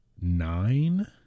nine